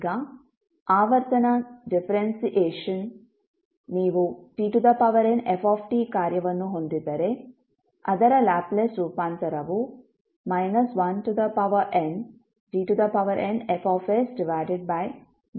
ಈಗ ಆವರ್ತನ ಡಿಫರೆನ್ಸಿಯೇಶನ್ ನೀವು tnf ಕಾರ್ಯವನ್ನು ಹೊಂದಿದ್ದರೆ ಅದರ ಲ್ಯಾಪ್ಲೇಸ್ ರೂಪಾಂತರವು ndnFdsn ಆಗಿರುತ್ತದೆ